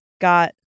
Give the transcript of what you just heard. got